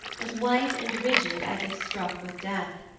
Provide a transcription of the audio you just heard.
as white and rigid as if struck with death.